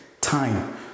time